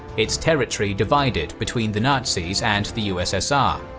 its territory divided between the nazis and the ussr.